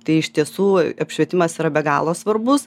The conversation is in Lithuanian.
tai iš tiesų apšvietimas yra be galo svarbus